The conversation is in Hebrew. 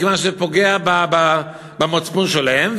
מכיוון שזה פוגע במצפון שלהן,